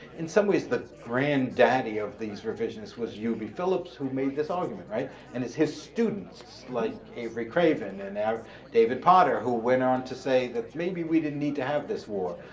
in some ways, the granddaddy of these revisionists was u b. phillips who made this argument. and it's his students like avery craven and now david potter, who went on to say that maybe we didn't need to have this war.